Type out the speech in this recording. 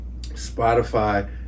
spotify